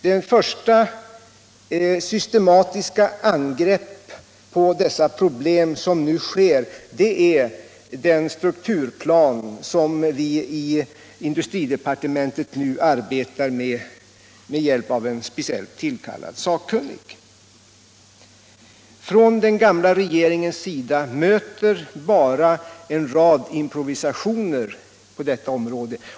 Det första organiserade angreppet på dessa problem som sker är den strukturplan som vi nu arbetar på inom industridepartementet med hjälp av en speciellt tillkallad sakkunnig. Från den gamla regeringens sida möter bara en rad improvisationer på detta område.